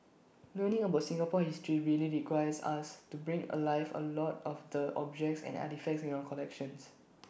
learning about Singapore history really requires us to bring alive A lot of the objects and artefacts in our collections